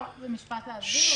אפשר רק משפט כדי להבין?